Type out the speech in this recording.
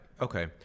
okay